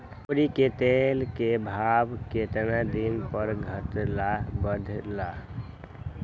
तोरी के तेल के भाव केतना दिन पर घटे ला बढ़े ला?